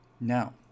now